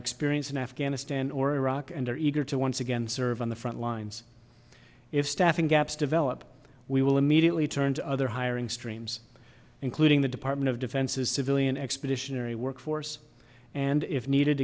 experience in afghanistan or iraq and are eager to once again serve on the front lines if staffing gaps develop we will immediately turn to other hiring streams including the department of defense's civilian expeditionary workforce and if needed